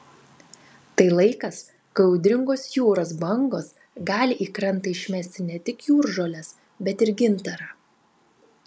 tai laikas kai audringos jūros bangos gali į krantą išmesti ne tik jūržoles bet ir gintarą